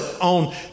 on